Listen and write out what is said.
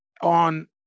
on